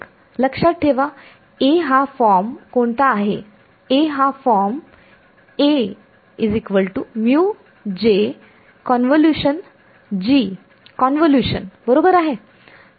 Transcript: लक्षात ठेवा A हा एक फॉर्म कोणता आहे A हा फॉर्म कॉन्व्होल्यूशन convolution बरोबर आहे